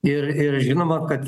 ir ir žinoma kad